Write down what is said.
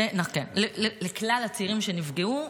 כן, לכלל הצעירים שנפגעו,